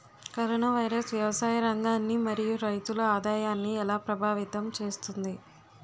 Corona virus వ్యవసాయ రంగాన్ని మరియు రైతుల ఆదాయాన్ని ఎలా ప్రభావితం చేస్తుంది?